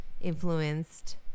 influenced